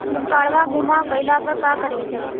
काडवा गुमा गइला पर का करेके चाहीं?